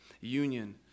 union